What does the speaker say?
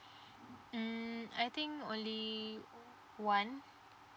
mm I think only one